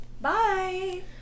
bye